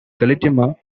guatemala